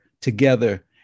together